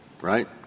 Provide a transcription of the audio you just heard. right